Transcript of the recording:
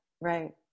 Right